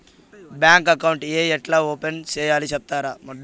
Bank account ఏ ఎట్లా open సేయాలి సెప్తారా?